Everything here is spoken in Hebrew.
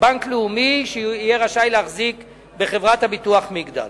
שבנק לאומי יהיה רשאי להחזיק בחברת הביטוח "מגדל".